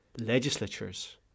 legislatures